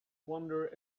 wander